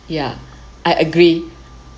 yeah I agree